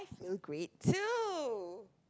you agreed too